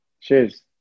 Cheers